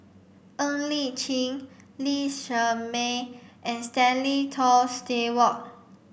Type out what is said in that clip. Ng Li Chin Lee Shermay and Stanley Toft Stewart